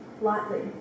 lightly